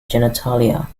genitalia